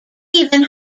even